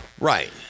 Right